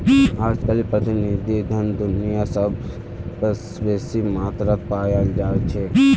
अजकालित प्रतिनिधि धन दुनियात सबस बेसी मात्रात पायाल जा छेक